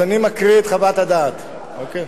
אז אני מקריא את חוות הדעת, אוקיי?